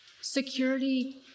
security